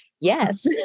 yes